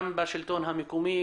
גם בשלטון המקומי,